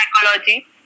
psychology